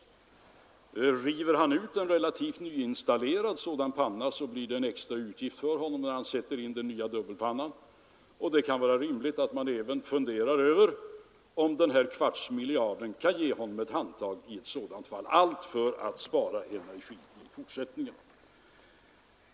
River en husägare ut en relativt nyinstallerad oljeeldningspanna blir det en extra utgift för honom när han sätter in den nya dubbelpannan, och det kan vara rimligt att fundera över om inte den här kvartsmiljarden bl.a. kan användas för att ge honom ett handtag i sådant fall — allt för att spara energi framöver.